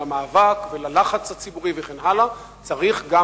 למאבק וללחץ הציבורי וכן הלאה צריך גם